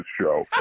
show